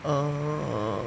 err